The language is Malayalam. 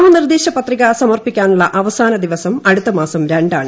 നാമനിർദ്ദേശ പത്രിക സമർപ്പിക്കാനുള്ള അവസാനദിവസം അടുത്തമാസം രണ്ടാണ്